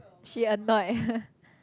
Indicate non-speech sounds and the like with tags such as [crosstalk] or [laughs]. she annoyed [laughs]